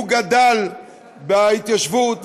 הוא גדל בהתיישבות ובעמק,